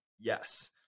yes